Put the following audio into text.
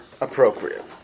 appropriate